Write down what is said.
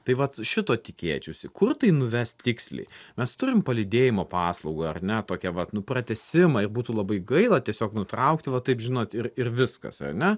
tai vat šito tikėčiausi kur tai nuves tiksliai mes turim palydėjimo paslaugą ar ne tokia vat nu pratęsimai būtų labai gaila tiesiog nutraukti va taip žinot ir ir viskas ar ne